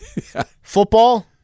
Football